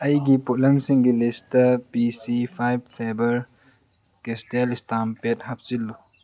ꯑꯩꯒꯤ ꯄꯣꯠꯂꯝꯁꯤꯡꯒꯤ ꯂꯤꯁꯇ ꯄꯤ ꯁꯤ ꯐꯥꯏꯞ ꯐꯦꯕꯔ ꯀꯦꯁꯇꯜ ꯏꯁꯇꯥꯝ ꯄꯦꯠ ꯍꯥꯞꯆꯤꯜꯂꯨ